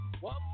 one